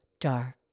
dark